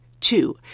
two